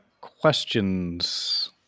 questions